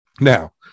Now